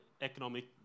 economic